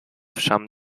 some